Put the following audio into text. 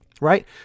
right